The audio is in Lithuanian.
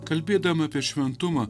kalbėdama apie šventumą